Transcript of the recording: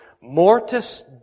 Mortis